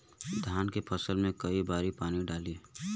धान के फसल मे कई बारी पानी डाली?